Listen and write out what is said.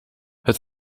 het